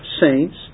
saints